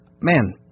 Man